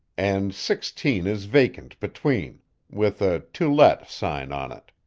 and sixteen is vacant between with a to let sign on it.